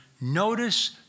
notice